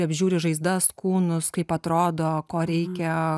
apžiūri žaizdas kūnus kaip atrodo ko reikia